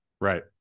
Right